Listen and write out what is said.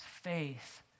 faith